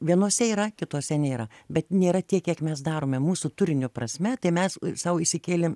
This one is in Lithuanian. vienose yra kitose nėra bet nėra tiek kiek mes darome mūsų turinio prasme tai mes sau išsikėlėm